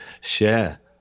share